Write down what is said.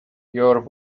your